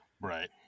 Right